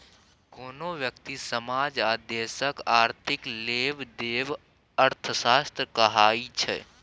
कोनो ब्यक्ति, समाज आ देशक आर्थिक लेबदेब अर्थशास्त्र कहाइ छै